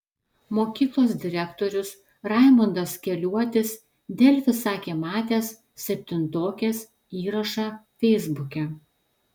mokyklos direktorius raimundas keliuotis delfi sakė matęs septintokės įrašą feisbuke